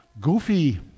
goofy